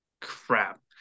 crap